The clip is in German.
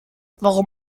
warum